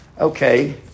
Okay